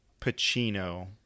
Pacino